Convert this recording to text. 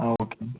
okay